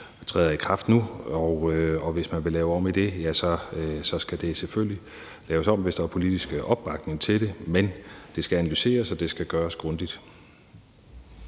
træder i kraft nu. Hvis man vil lave om på det, skal det selvfølgelig laves om, hvis der er politisk opbakning til det, men det skal analyseres, og det skal gøres grundigt.